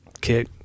kick